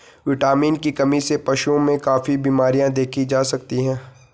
vitamin की कमी से पशुओं में काफी बिमरियाँ देखी जा सकती हैं